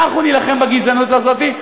אנחנו נילחם בגזענות הזאת.